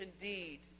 indeed